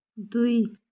दुई